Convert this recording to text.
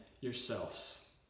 yourselves